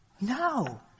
No